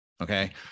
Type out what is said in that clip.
okay